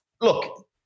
look